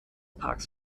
parks